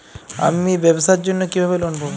আমি ব্যবসার জন্য কিভাবে লোন পাব?